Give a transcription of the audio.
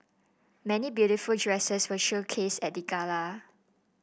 many beautiful dresses were showcased at the gala